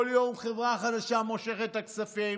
כל יום חברה אחרת מושכת את הכספים,